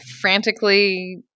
Frantically